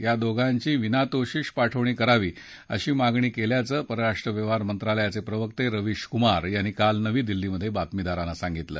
या दोघांची विनातोशीष पाठवणी करावी अशी मागणी केल्याचं परराष्ट्र व्यवहार मंत्रालयाचे प्रवक्ते रविश कुमार यांनी काल नवी दिल्लीत बातमीदारांना सांगितलं